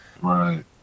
right